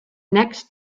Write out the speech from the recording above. next